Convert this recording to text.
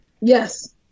Yes